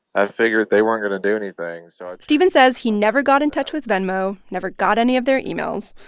i figured they weren't going to do anything. so i. stephen says he never got in touch with venmo, never got any of their emails.